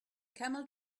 camel